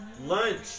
Lunch